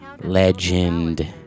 legend